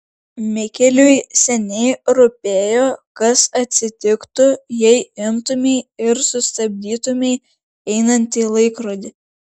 mikeliui seniai rūpėjo kas atsitiktų jei imtumei ir sustabdytumei einantį laikrodį